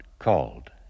Called